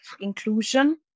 inclusion